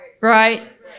right